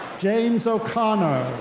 james o'connor.